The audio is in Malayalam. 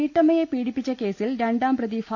വീട്ടമ്മയെ പീഡിപ്പിച്ച കേസിൽ രണ്ടാംപ്രതി ഫാ